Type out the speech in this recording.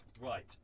right